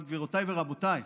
אבל, גבירותיי ורבותיי,